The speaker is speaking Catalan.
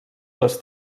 les